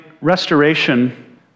restoration